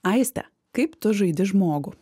aiste kaip tu žaidi žmogų